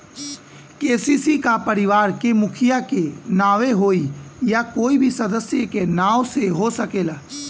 KCC का परिवार के मुखिया के नावे होई या कोई भी सदस्य के नाव से हो सकेला?